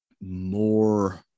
more